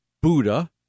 Buddha